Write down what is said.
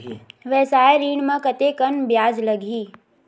व्यवसाय ऋण म कतेकन ब्याज लगही?